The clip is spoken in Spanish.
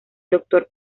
doctor